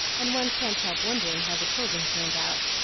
and one can't help wondering how the children turned out.